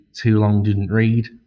too-long-didn't-read